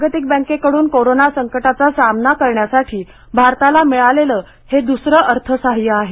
जागतिक बँकेकडून कोरोना संकटाचा सामना करण्यासाठी भारताला मिळालेल हे दुसर अर्थसाह्य आहे